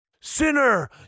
Sinner